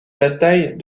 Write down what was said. bataille